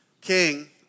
king